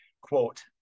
quote